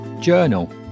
journal